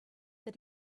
that